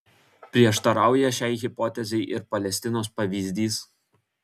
prieštarauja šiai hipotezei ir palestinos pavyzdys